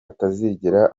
atazigera